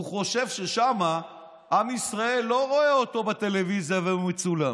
הוא חושב ששם עם ישראל לא רואה אותו בטלוויזיה והוא מצולם.